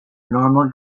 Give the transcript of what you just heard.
normal